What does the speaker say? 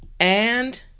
and